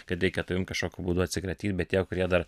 kad reikia tavim kažkokiu būdu atsikratyt bet tie kurie dar